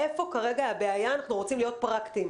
איפה כרגע הבעיה, אנחנו רוצים להיות פרקטיים.